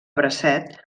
bracet